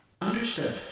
Understood